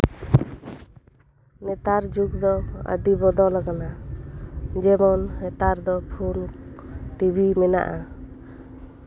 ᱱᱮᱛᱟᱨ ᱡᱩᱜᱽ ᱫᱚ ᱟᱹᱰᱤ ᱵᱚᱫᱚᱞᱟᱠᱟᱱᱟ ᱡᱮᱢᱚᱱ ᱱᱮᱛᱟᱨ ᱫᱚ ᱯᱷᱚᱱ ᱴᱤᱵᱷᱤ ᱢᱮᱱᱟᱜᱼᱟ